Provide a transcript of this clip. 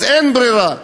אז אין ברירה,